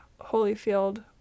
Holyfield